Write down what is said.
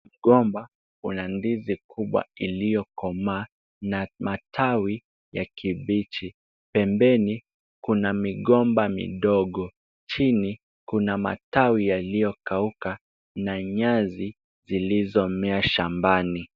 Mgomba una ndizi kubwa, iliyokomaa na matawi ya kibichi . Pembeni kuna migomba midogo. Chini, kuna matawi yaliyokauka na nyasi zilizomea shambani.